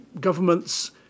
government's